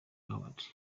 awards